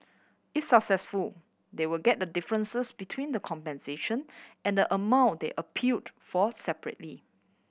if successful they will get the differences between the compensation and the amount they appealed for separately